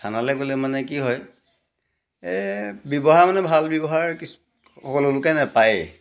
থানালৈ গ'লে মানে কি হয় এ ব্যৱহাৰ মানে ভাল ব্যৱহাৰ কিছু সকলো লোকে নাপায়েই